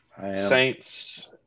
Saints